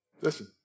Listen